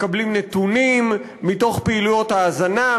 מקבלים נתונים מתוך פעילויות ההאזנה,